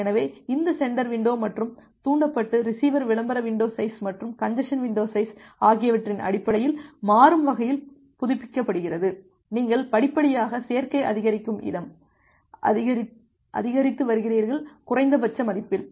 எனவே இந்த centre window மாறும் தூண்டப்பட்டு ரிசீவர் விளம்பர வின்டோ சைஸ் மற்றும் கஞ்ஜசன் வின்டோ சைஸ் ஆகியவற்றின் அடிப்படையில் மாறும் வகையில் புதுப்பிக்கப்படுகிறது நீங்கள் படிப்படியாக சேர்க்கை அதிகரிக்கும் இடம்அதிகரித்து வருகிறீர்கள் குறைந்தபட்ச மதிப்பில்